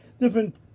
different